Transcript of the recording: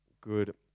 good